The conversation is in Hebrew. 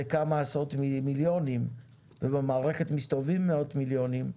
כמה עשרות מיליונים ובמערכת מסתובבים מאוד מיליונים,